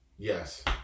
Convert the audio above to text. Yes